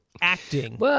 acting